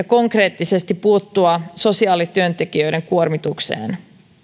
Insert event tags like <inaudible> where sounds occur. <unintelligible> konkreettisesti puuttua sosiaalityöntekijöiden kuormitukseen